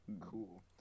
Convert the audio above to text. Cool